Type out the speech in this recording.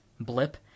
Blip